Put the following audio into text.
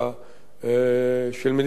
של מדינת ישראל,